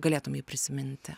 galėtum jį prisiminti